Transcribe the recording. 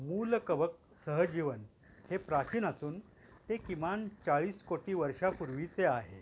मूलकवक सहजीवन हे प्राचीन असून ते किमान चाळीस कोटी वर्षापूर्वीचे आहे